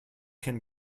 can